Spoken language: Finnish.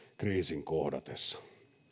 kriisin kohdatessa